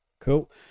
Cool